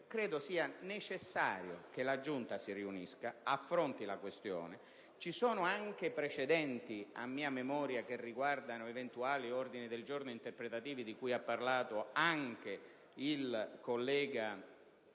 credo sia necessario che la Giunta si riunisca e affronti la questione. Ci sono anche precedenti a mia memoria che riguardano eventuali ordini del giorno interpretativi, di cui ha parlato anche il collega